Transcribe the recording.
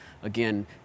Again